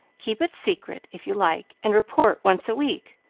keep it secret, if you like, and report once a week.